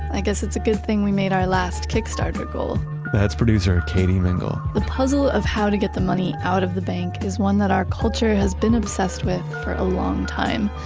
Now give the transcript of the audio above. i guess it's a good thing we made our last kickstarter goal that's producer katie mingle the puzzle of how to get the money out of the bank is one that our culture has been obsessed with for a long time.